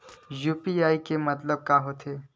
UPI के मतलब का होथे?